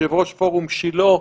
יושב-ראש פורום שילה,